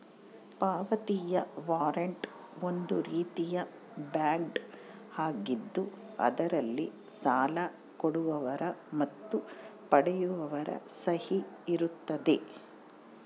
ಪಾವತಿಯ ವಾರಂಟ್ ಒಂದು ರೀತಿಯ ಬಾಂಡ್ ಆಗಿದ್ದು ಅದರಲ್ಲಿ ಸಾಲ ಕೊಡುವವರ ಮತ್ತು ಪಡೆಯುವವರ ಸಹಿ ಇರುತ್ತದೆ